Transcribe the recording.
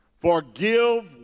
forgive